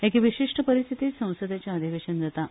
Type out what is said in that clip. एके विशिश्ट परिस्थितींत संसदेचें अधिवेशन जाता